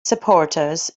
supporters